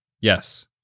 yes